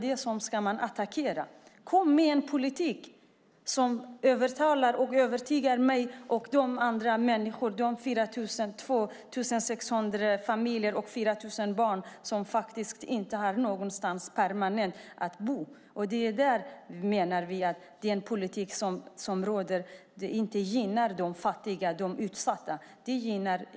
Kom i stället med en politik som övertygar mig och de 2 600 familjer och 4 000 barn som inte har en permanent bostad! Er politik gynnar inte de fattiga och utsatta.